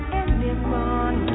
anymore